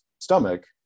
stomach